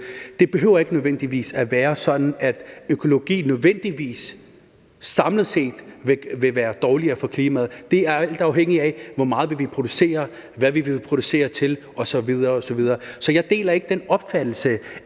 Det behøver ikke nødvendigvis være sådan, at økologi samlet set vil være dårligere for klimaet. Det afhænger af, hvor meget vi vil producere, hvad vi vil producere til osv. osv. Så jeg deler ikke den opfattelse,